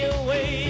away